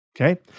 Okay